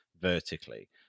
vertically